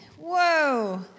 Whoa